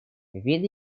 вид